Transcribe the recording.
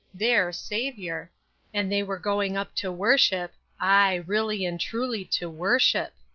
their saviour, and they were going up to worship aye, really and truly to worship.